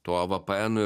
tuo vpnu